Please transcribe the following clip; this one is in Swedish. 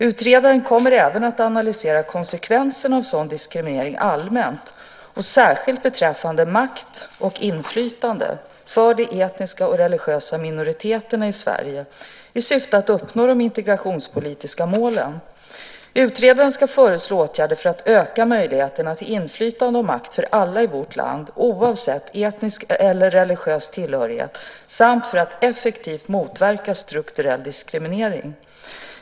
Utredaren kommer även att analysera konsekvenserna av sådan diskriminering allmänt och särskilt beträffande makt och inflytande för de etniska och religiösa minoriteterna i Sverige i syfte att uppnå de integrationspolitiska målen. Utredaren ska föreslå åtgärder för att öka möjligheterna till inflytande och makt för alla i vårt land oavsett etnisk eller religiös tillhörighet samt för att effektivt motverka strukturell diskriminering.